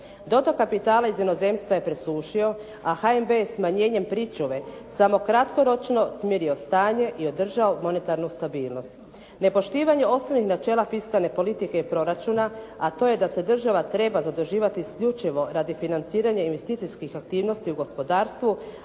Dotok kapitala iz inozemstva je presušio, a HNB je smanjenjem pričuve samo kratkoročno smirio stanje i održao monetarnu stabilnost. Nepoštivanje osnovnih načela fiskalne politike proračuna, a to je da se država treba zaduživati isključivo radi financiranja investicijskih aktivnosti u gospodarstvu,